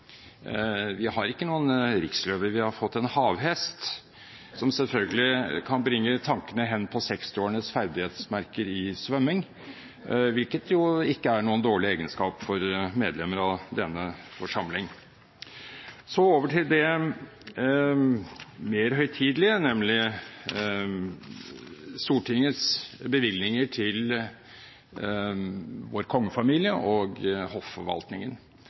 Vi har ikke fått noen riksløve, vi har fått en havhest! Den kan selvfølgelig bringe tankene hen på 1960-årenes ferdighetsmerke i svømming, hvilket ikke er noen dårlig egenskap for medlemmer av denne forsamling. Så over til det mer høytidelige, nemlig Stortingets bevilgninger til vår kongefamilie og hofforvaltningen.